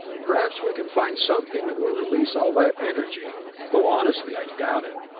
perhaps we can find something that will release all that energy though honestly, i doubt it.